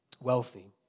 wealthy